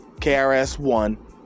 KRS-One